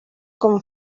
com